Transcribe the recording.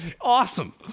Awesome